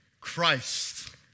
Christ